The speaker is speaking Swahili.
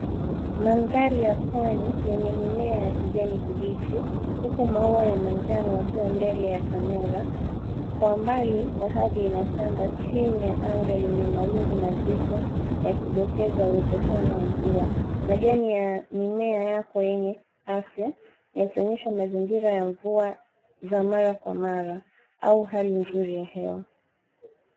Maandhari ya pwani yenye mimea ya kijani kibichi, huku maua ya manjano yakiwa mbele ya kamera. Kwa mbali bahari inatamba chini ya anga lenye mawingu mazito yakidokeza uwezekano wa mvua. Majani ya mimea yako yenye afya yakionyesha mazingira ya mvua za mara kwa mara au hali nzuri ya hewa.